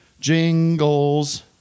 jingles